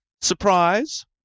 surprise